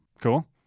Cool